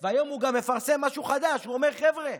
והיום הוא גם מפרסם משהו חדש, הוא אומר: חבר'ה,